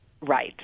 Right